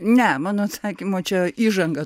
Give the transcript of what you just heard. ne mano atsakymo čia įžanga